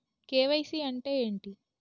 KYC అంటే ఏంటి?